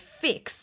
fix